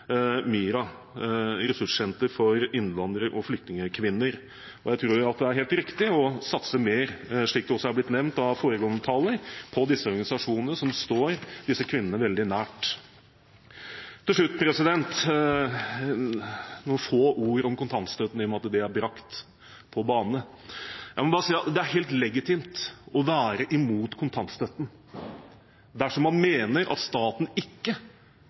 MiRA, Ressurssenter for kvinner med minoritetsbakgrunn. Jeg tror det er helt riktig å satse mer, som nevnt av foregående taler, på disse organisasjonene som står disse kvinnene veldig nært. Til slutt noen få ord om kontantstøtten, i og med at det er brakt på bane. Jeg må bare si at det er helt legitimt å være imot kontantstøtten dersom man mener at staten ikke